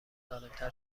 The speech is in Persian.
سالمتر